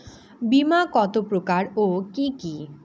বীমা কত প্রকার ও কি কি?